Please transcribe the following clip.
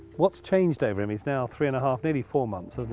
what's changed over him he's now three and half, nearly four months isn't